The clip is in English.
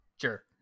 sure